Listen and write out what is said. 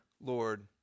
Lord